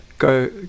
Go